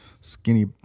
skinny